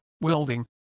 welding